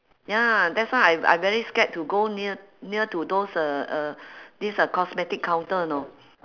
ya that's why I I very scared to go near near to those uh uh this uh cosmetic counter you know